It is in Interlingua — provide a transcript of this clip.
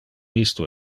isto